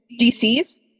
DC's